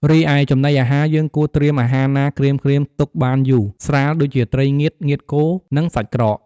រីឯចំណីអាហារយើងគួរត្រៀមអាហារណាក្រៀមៗទុកបានយូរ ស្រាលដូចជាត្រីងៀត ងៀតគោ និងសាច់ក្រក។